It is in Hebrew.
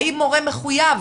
האם מורה מחויב